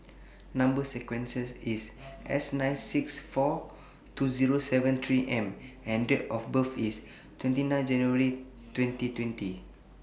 Number sequence IS S nine six four two Zero seven three M and Date of birth IS twenty nine January twenty twenty